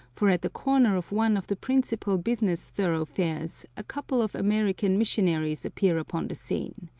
for at the corner of one of the principal business thoroughfares a couple of american missionaries appear upon the scene.